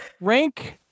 rank